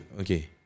Okay